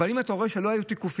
אז אם אתה רואה שלא היו תיקופים,